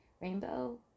Rainbow